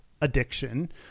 addiction